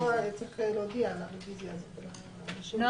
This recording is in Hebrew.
צריך להודיע על הרוויזיה הזאת של נשים מוכות.